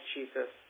Jesus